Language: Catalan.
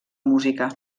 música